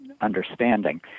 understanding –